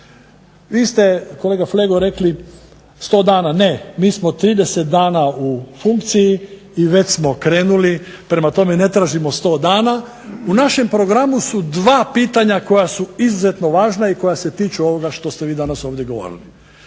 Vi ste kolega Flego rekli 100 dana. Ne, mi smo 30 dana u funkciji i već smo krenuli, prema tome ne tražimo 100 dana. U našem programu su dva pitanja koja su izuzetno važna i koja se tiču ovoga što ste vi danas ovdje govorili.